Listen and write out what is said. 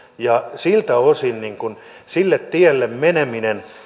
siltä osin sille tielle meneminen